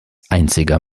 einziger